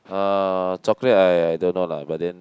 uh chocolate I don't know lah but then